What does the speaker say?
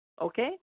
Okay